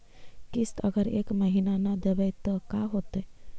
किस्त अगर एक महीना न देबै त का होतै?